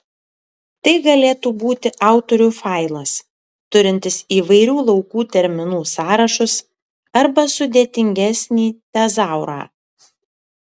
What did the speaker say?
tai galėtų būti autorių failas turintis įvairių laukų terminų sąrašus arba sudėtingesnį tezaurą